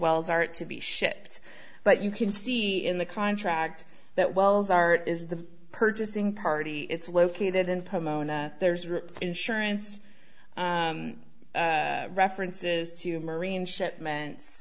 wells are to be shipped but you can see in the contract that wells art is the purchasing party it's located in pomona there's an insurance references to marine shipments